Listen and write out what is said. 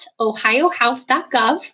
ohiohouse.gov